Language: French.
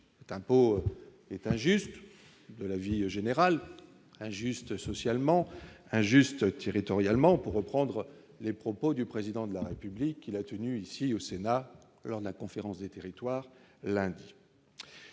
d'impôt est injuste, de l'avis général, injuste socialement injuste, Thierry Torii allemand pour reprendre les propos du président de la République qu'il a tenus ici au Sénat, lors de la conférence des territoires lundi.